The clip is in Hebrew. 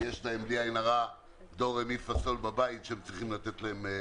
ויש להם בלי עין הרע דו-רה-מי-פה-סול בבית שהם צריכים לתת להם.